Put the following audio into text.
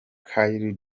kylie